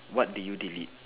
what do you delete